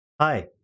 Hi